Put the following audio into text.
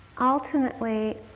Ultimately